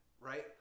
right